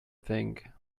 think